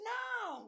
now